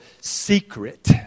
secret